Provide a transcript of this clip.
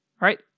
right